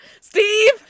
Steve